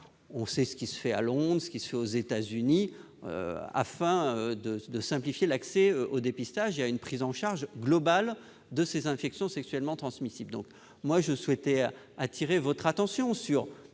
on sait ce qui se fait à Londres ou aux États-Unis -afin de simplifier l'accès au dépistage et à une prise en charge globale des infections sexuellement transmissibles. Je souhaitais attirer votre attention,